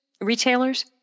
retailers